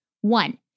One